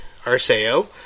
Arceo